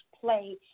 play